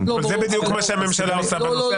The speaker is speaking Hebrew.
אבל הוא לפחות מחזיר אותנו ארבע שנים